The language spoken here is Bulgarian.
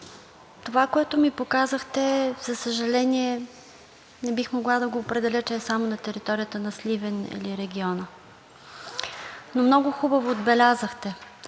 това, което ми показахте, за съжаление, не бих могла да го определя, че е само на територията на Сливен и региона. Много хубаво отбелязахте,